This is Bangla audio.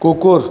কুকুর